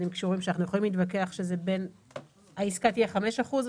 כמה מתחתיה צריך להיות במינימום?